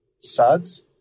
Suds